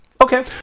Okay